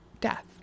death